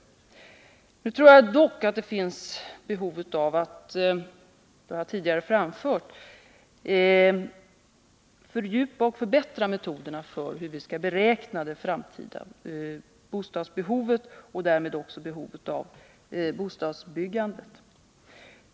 Jag tror dock att det finns behov avatt, och det har jag tidigare framfört, fördjupa och förbättra metoderna för hur vi skall beräkna det framtida bostadsbehovet och därmed också behovet av bostadsbyggande.